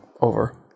over